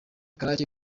karake